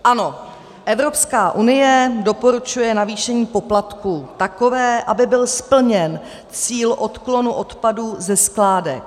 Ano, Evropská unie doporučuje navýšení poplatků takové, aby byl splněn cíl odklonu odpadů ze skládek.